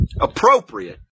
appropriate